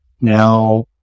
now